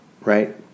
right